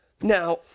Now